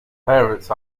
parents